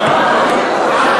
כל הכבוד.